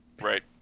Right